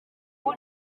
ubu